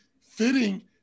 fitting